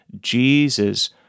Jesus